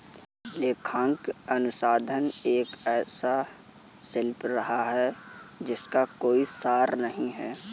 लेखांकन अनुसंधान एक ऐसा शिल्प रहा है जिसका कोई सार नहीं हैं